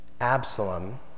Absalom